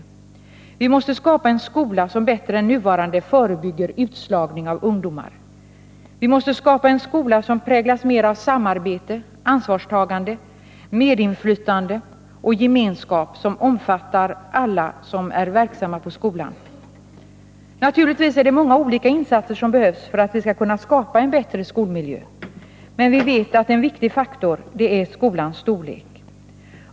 Vi måste skapa en skola som bättre än den nuvarande förebygger utslagning av ungdomar. Vi måste skapa en skola som präglas mera av samarbete, ansvarstagande, medinflytande och gemenskap och som omfattar alla som är verksamma på skolans område. Naturligtvis är det många olika insatser som behövs för att vi skall kunna skapa en bättre skolmiljö. Men vi vet att en viktig faktor är skolans storlek.